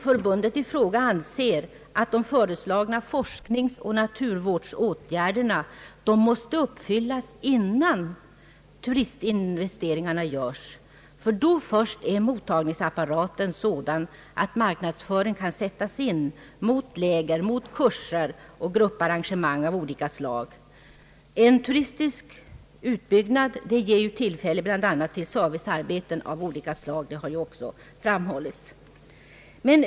Förbundet i fråga anser emellertid att de föreslagna forskningsoch naturvårdsåtgärderna måste vidtas innan in vesteringarna för turismen göres, ty först då är »mottagningsapparaten» sådan att marknadsföring kan sättas in mot dem som ordnar läger, kurser och grupparrangemang av olika slag. Såsom också framhållits ger en turistisk utbyggnad tillfällen till bl.a. servicearbeten.